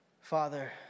Father